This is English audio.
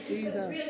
Jesus